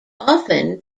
often